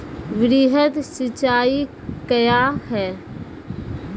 वृहद सिंचाई कया हैं?